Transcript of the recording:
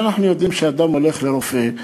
הרי אנחנו יודעים שכשאדם הולך לרופא,